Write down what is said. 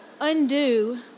undo